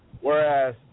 Whereas